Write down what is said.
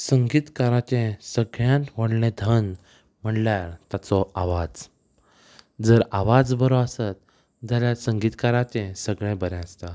संगीतकाराचे सगळ्यांत व्हडलें धन म्हणल्यार ताचो आवाज जर आवाज बरो आसत जाल्यार संगीतकाराचे सगळें बरें आसता